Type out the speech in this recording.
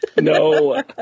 no